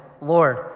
Lord